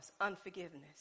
Unforgiveness